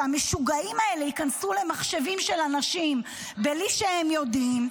שהמשוגעים האלה ייכנסו למחשבים של אנשים בלי שהם יודעים.